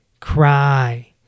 cry